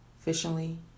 efficiently